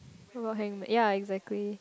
about hangman yea exactly